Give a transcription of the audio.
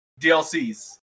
DLCs